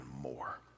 more